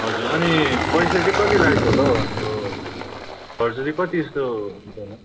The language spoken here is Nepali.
हजुर अनि पैसा चाहिँ कति लाग्छ होला हौ हाम्रो खर्च चाहिँ कति जस्तो हुन्छ होला